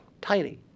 tiny